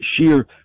sheer